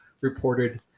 reported